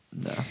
No